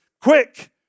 quick